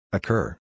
Occur